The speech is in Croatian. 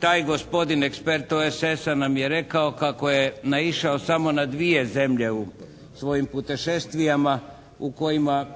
taj gospodin ekspert OESS-a nam je rekao kako je naišao samo na dvije zemlje u svojim putešestvijama u kojima